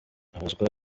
abazwa